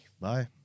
Bye